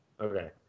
Okay